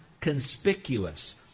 conspicuous